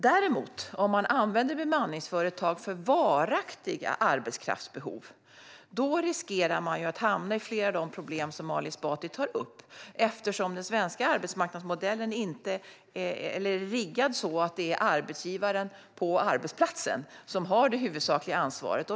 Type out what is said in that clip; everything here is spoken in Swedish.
Om bemanningsföretag däremot används för varaktiga arbetskraftsbehov riskerar man att hamna i flera av de problem som Ali Esbati tar upp eftersom den svenska arbetsmarknadsmodellen är riggad så att det är arbetsgivaren på arbetsplatsen som har det huvudsakliga ansvaret.